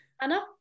Anna